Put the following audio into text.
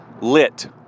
lit